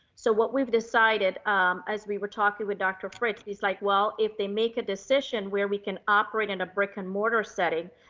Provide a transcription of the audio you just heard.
so what we've decided as we were talking with dr. fritz, he's like, well, if they make a decision where we can operate in a brick and mortar setting,